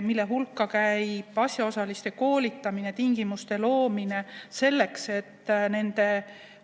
mille hulka käib asjaosaliste koolitamine, tingimuste loomine selleks, et